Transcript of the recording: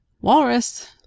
Walrus